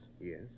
Yes